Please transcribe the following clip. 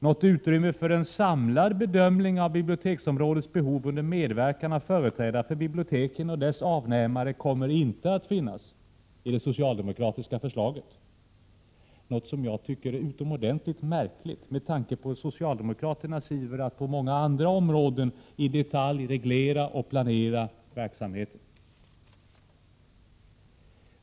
Något utrymme för en samlad bedömning av biblioteksomrfådets behov under medverkan av företrädare för bibliotek och dessas avnämare kommer därmed inte att finnas enligt det socialdemokratiska förslaget, något som jag finner utomordentligt märkligt med tanke på socialdemokraternas iver att på många andra områden i detalj reglera och planera verksamheten.